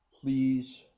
please